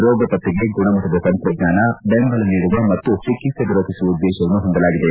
ರೋಗಪತ್ತೆಗೆ ಗುಣಮಟ್ಟದ ತಂತ್ರಜ್ಞಾನ ಬೆಂಬಲ ನೀಡುವ ಮತ್ತು ಚಿಕಿತ್ಸೆ ದೊರಕಿಸುವ ಉದ್ದೇಶವನ್ನು ಹೊಂದಲಾಗಿದೆ